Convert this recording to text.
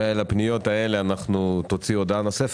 לגבי הפניות האלה נוציא הודעה נוספת.